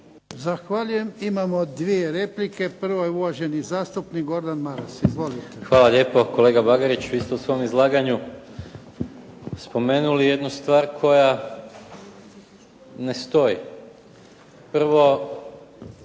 Zahvaljujem. Imamo dvije replike. Prva je uvaženi zastupnik Gordan Maras. Izvolite. **Maras, Gordan (SDP)** Hvala lijepo. Kolega Bagarić, vi ste u svom izlaganju spomenuli jednu stvar koja ne stoji. Prvo,